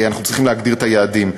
אנחנו צריכים להגדיר את היעדים.